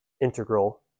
integral